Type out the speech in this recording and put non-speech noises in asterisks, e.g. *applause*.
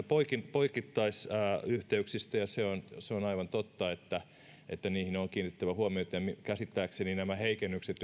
poikittaisyhteyksistä ja on aivan totta että että niihin on kiinnitettävä huomiota ja käsittääkseni nämä heikennykset *unintelligible*